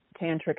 tantric